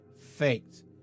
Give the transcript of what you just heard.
faked